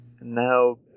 Now